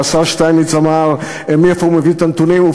והשר שטייניץ אמר: מאיפה הוא מביא את הנתונים?